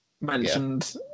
mentioned